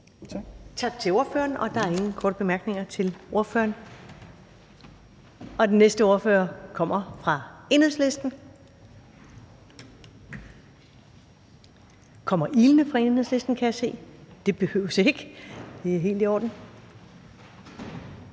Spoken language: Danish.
Tak til ordføreren. Der er ingen korte bemærkninger til ordføreren. Den næste ordfører kommer fra Enhedslisten – han kommer ilende, kan jeg se; det behøves ikke, det er helt i orden.